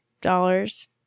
dollars